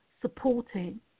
supporting